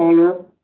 color,